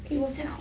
pin~ tao~